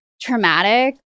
traumatic